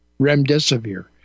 Remdesivir